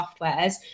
softwares